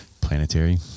Planetary